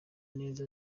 neza